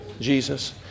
Jesus